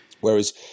Whereas